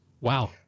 Wow